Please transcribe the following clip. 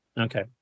Okay